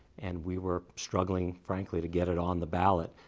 and we were struggling, frankly, to get it on the ballot.